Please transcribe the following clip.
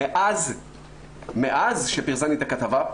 מאז שפרסמתי את הכתבה,